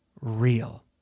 real